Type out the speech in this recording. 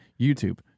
YouTube